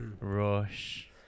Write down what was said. Rush